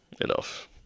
Enough